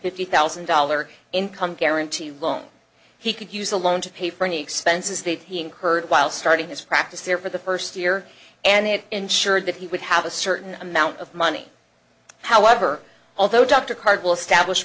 fifty thousand dollars income guarantee loan he could use a loan to pay for any expenses they'd be incurred while starting his practice there for the first year and it ensured that he would have a certain amount of money however although dr card will establish